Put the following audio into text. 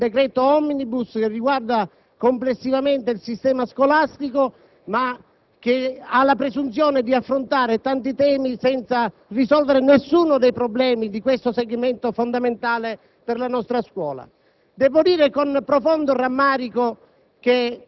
questo decreto contiene di tutto, è un provvedimento *omnibus* che riguarda complessivamente il sistema scolastico, ma che ha la presunzione di affrontare tanti temi senza risolvere alcuno dei problemi di questo segmento fondamentale per la nostra scuola.